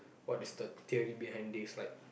what is the theory behind this like